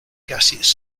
gaseous